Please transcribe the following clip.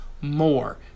more